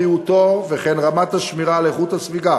בריאותו וכן רמת השמירה על איכות הסביבה